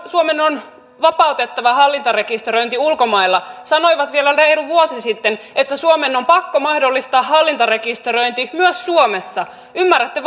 suomen on vapautettava hallintarekisteröinti ulkomailla sanoivat vielä reilu vuosi sitten että suomen on pakko mahdollistaa hallintarekisteröinti myös suomessa ymmärrätte